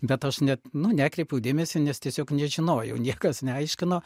bet aš net nu nekreipiau dėmesio nes tiesiog nežinojau niekas neaiškino